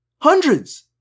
hundreds